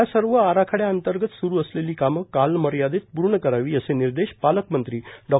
या सर्व आराखड्या अंतर्गत सुरू असलेली कामं कालमर्यादेत पूर्ण करावीर असे निर्देश पालकमंत्री डॉ